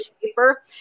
paper